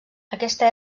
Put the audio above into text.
aquesta